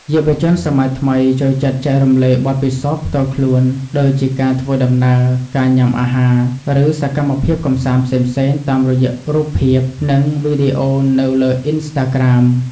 យុវជនសម័យថ្មីចូលចិត្តចែករំលែកបទពិសោធន៍ផ្ទាល់ខ្លួន ដូចជាការធ្វើដំណើរ ការញ៉ាំអាហារ ឬសកម្មភាពកម្សាន្តផ្សេងៗតាមរយៈរូបភាព និងវីដេអូនៅលើអុីនស្តាក្រាម។